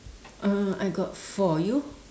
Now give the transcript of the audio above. uh I got four you